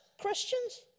Christians